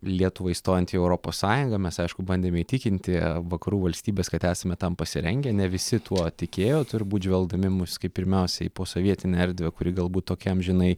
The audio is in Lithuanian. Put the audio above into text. lietuvai stojant į europos sąjungą mes aišku bandėm įtikinti vakarų valstybes kad esame tam pasirengę ne visi tuo tikėjo turbūt žvelgdami į mus kaip pirmiausia į posovietinę erdvę kuri galbūt tokia amžinai